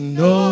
no